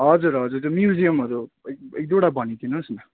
हजुर हजुर त्यो म्युजियमहरू एक एक दुइवटा भनिदिनु होस् न